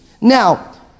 Now